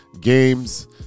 games